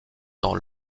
dans